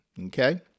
Okay